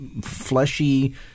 fleshy